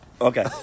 Okay